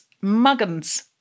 muggins